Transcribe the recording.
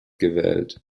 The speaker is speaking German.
gewählt